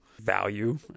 value